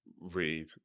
read